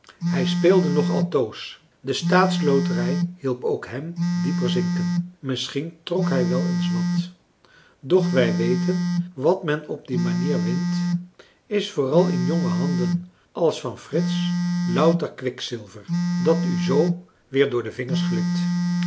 hij speelde nog altoos de staatsloterij hielp ook hem dieper zinken misschien trok hij wel eens wat doch wij weten wat men op die manier wint is vooral in jonge handen ais van frits louter kwikzilver dat u zoo weer door de vingers glipt